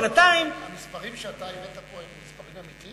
המספרים שאתה הבאת פה הם אמיתיים?